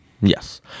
Yes